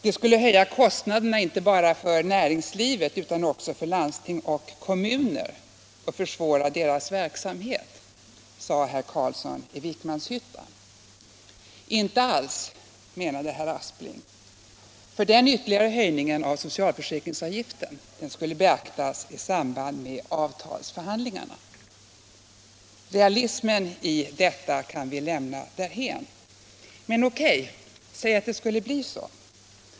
Det skulle höja kostnaderna inte bara för näringslivet utan också för landsting och kommuner och försvåra deras verksamhet, sade herr Carlsson i Vikmanshyttan. Inte alls, menade herr Aspling, för den ytterligare höjningen av socialförsäkringsavgiften skulle beaktas i samband med avtalsförhandlingarna. Realismen i detta kan vi lämna därhän. Men säg att det skulle bli så.